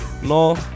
No